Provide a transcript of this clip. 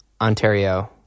Ontario